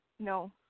No